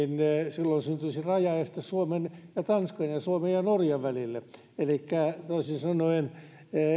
niin silloin syntyisi rajaeste suomen ja tanskan sekä suomen ja norjan välille elikkä toisin sanoen